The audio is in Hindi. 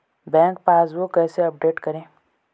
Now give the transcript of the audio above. बैंक पासबुक कैसे अपडेट करें?